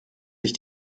sich